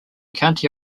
county